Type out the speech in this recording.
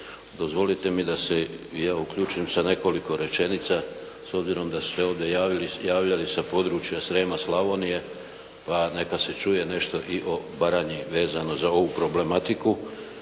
Dozvolite mi da se i ja uključim sa nekoliko rečenica, s obzirom da su se ovdje javljali sa područja Srijema, Slavonije, pa neka se čuje nešto i o Baranji vezano za ovu problematiku